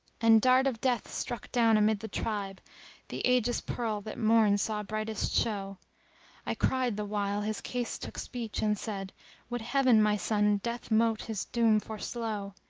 and dart of death struck down amid the tribe the age's pearl that morn saw brightest show i cried the while his case took speech and said would heaven, my son, death mote his doom foreslow!